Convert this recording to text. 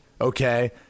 okay